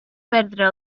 perdre